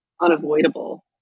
unavoidable